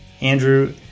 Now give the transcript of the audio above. Andrew